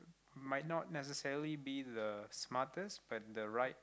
might not necessarily be the smartest but the right